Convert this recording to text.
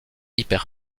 hyper